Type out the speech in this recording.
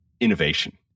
innovation